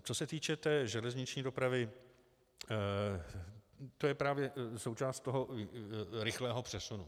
Co se týče železniční dopravy, to je právě součást toho rychlého přesunu.